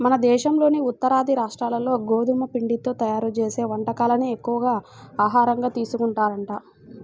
మన దేశంలోని ఉత్తరాది రాష్ట్రాల్లో గోధుమ పిండితో తయ్యారు చేసే వంటకాలనే ఎక్కువగా ఆహారంగా తీసుకుంటారంట